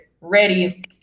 ready